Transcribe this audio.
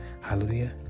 Hallelujah